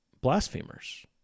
blasphemers